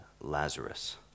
Lazarus